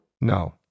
No